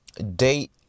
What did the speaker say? date